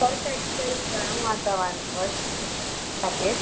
Surf Excel घणो आहे तव्हां वटि पैकेट